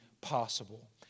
possible